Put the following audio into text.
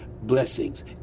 blessings